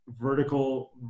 vertical